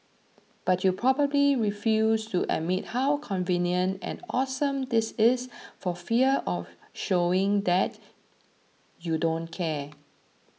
but you probably refuse to admit how convenient and awesome this is for fear of showing that you don't care